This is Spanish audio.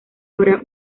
habrá